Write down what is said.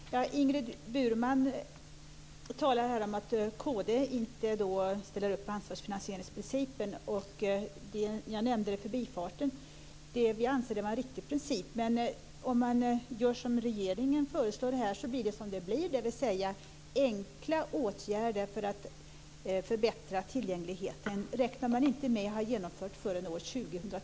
Herr talman! Ingrid Burman talar här om att kd inte ställer upp på ansvars och finansieringsprincipen. Jag nämnde det i förbifarten. Vi anser att det är en riktig princip. Men om man gör som regeringen föreslår blir det som det blir, dvs. man räknar inte med att enkla åtgärder för att förbättra tillgängligheten har genomförts förrän år 2010.